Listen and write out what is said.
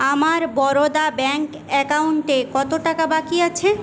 আমার বরোদা ব্যাঙ্ক অ্যাকাউন্টে কত টাকা বাকি আছে